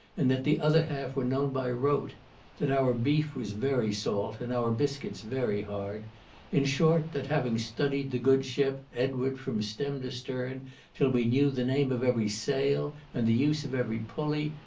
and that the other half were known by rote that our beef was very salt, and our biscuits very hard in short, that having studied the good ship, edward, from stem to stern till we knew the name of every sail, and the use of every pulley,